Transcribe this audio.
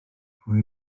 pwy